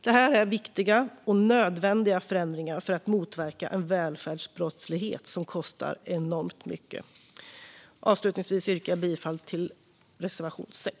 Detta är viktiga och nödvändiga förändringar för att motverka en välfärdsbrottslighet som kostar enormt mycket. Fru talman! Avslutningsvis yrkar jag bifall till reservation 6.